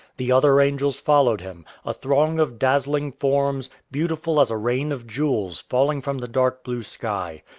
the other angels followed him a throng of dazzling forms, beautiful as a rain of jewels falling from the dark-blue sky.